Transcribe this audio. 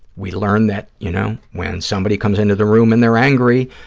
we learn that, you know, when somebody comes into the room and they're angry,